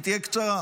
היא תהיה קצרה.